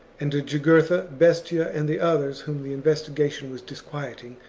and jugurtha, bestia, and the others whom the investigation was dis quieting,